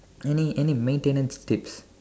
any any maintenance tips